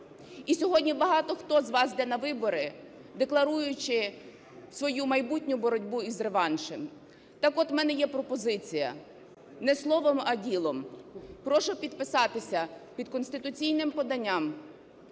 І сьогодні багато хто з вас іде на вибори, декларуючи свою майбутню боротьбу із реваншем. Так от, в мене є пропозиція не словом, а ділом прошу підписатися під конституційним поданням